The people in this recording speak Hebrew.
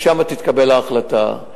שם תתקבל ההחלטה.